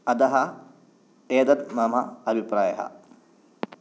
अतः एतत् मम अभिप्रायः